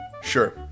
Sure